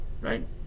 right